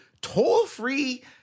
toll-free –